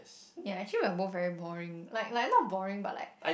ya actually we're both very boring like like not boring but like